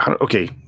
Okay